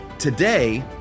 today